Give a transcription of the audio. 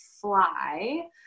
Fly